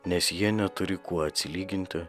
nes jie neturi kuo atsilyginti